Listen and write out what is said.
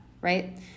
right